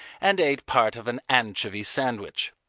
and ate part of an anchovy sandwich.